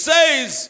Says